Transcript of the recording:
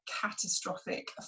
catastrophic